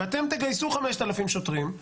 ואתם תגייסו 5,000 שוטרים.